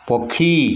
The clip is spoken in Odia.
ପକ୍ଷୀ